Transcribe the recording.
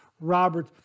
Robert